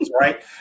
right